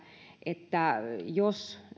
että jos